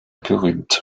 berühmt